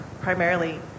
primarily